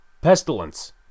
Pestilence